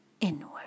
inward